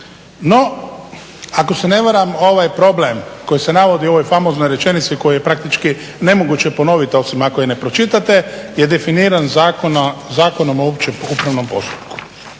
No, ako se ne varam ovaj problem koji se navodi u ovoj famoznoj rečenici koju je praktički nemoguće ponovit osim ako ju ne pročitati, je definiran Zakonom o općem upravnom postupku.